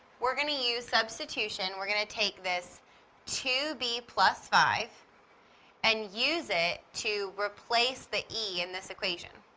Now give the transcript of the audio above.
we're going to use substitution. we're going to take this two b plus five and use it to replace the e in this equation.